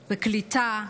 בקליטה.